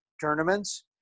tournaments